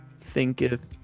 thinketh